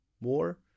more